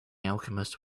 alchemist